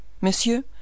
Monsieur